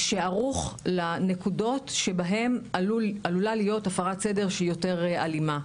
שערוך לנקודות שבהן עלולה להיות הפרת סדר שהיא יותר אלימה.